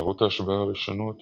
קערות ההשבעה הראשונות